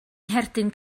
ngherdyn